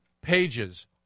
pages